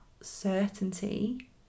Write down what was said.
certainty